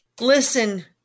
Listen